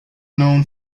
known